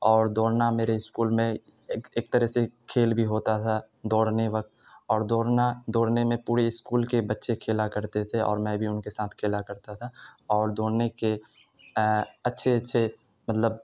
اور دوڑنا میرے اسکول میں ایک ایک طرح سے کھیل بھی ہوتا تھا دوڑنے وقت اور دورنا دورنے میں پوڑے اسکول کے بچے کھیلا کرتے تھے اور میں بھی ان کے ساتھ کھیلا کرتا تھا اور دورنے کے اچھے اچھے مطلب